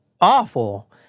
awful